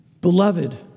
Beloved